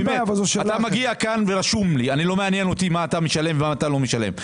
לא מעניין אותי מה אתה משלם ומה לא משלם.